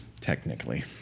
Technically